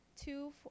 two